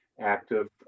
active